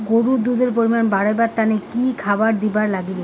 গরুর দুধ এর পরিমাণ বারেবার তানে কি খাবার দিবার লাগবে?